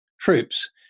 troops